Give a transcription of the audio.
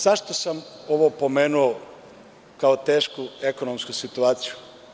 Zašto sam ovo pomenuo kao tešku ekonomsku situaciju?